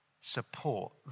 support